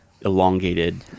elongated